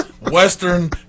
Western